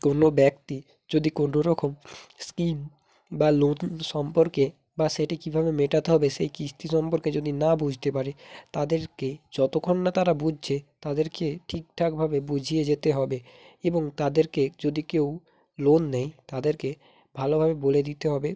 কোনো ব্যক্তি যদি কোনো রকম স্কিম বা লোন সম্পর্কে বা সেটি কীভাবে মেটাতে হবে সেই কিস্তি সম্পর্কে যদি না বুঝতে পারে তাদেরকে যতক্ষণ না তারা বুঝছে তাদেরকে ঠিকঠাকভাবে বুঝিয়ে যেতে হবে এবং তাদেরকে যদি কেউ লোন নেয় তাদেরকে ভালোভাবে বলে দিতে হবে